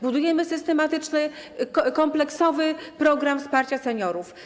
Budujemy systematyczny, kompleksowy program wsparcia seniorów.